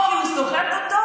או כי הוא סוחט אותו,